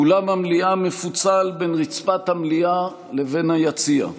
אולם המליאה מפוצל בין רצפת המליאה לבין היציע,